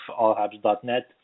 allhabs.net